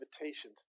invitations